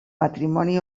matrimoni